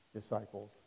disciples